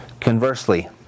Conversely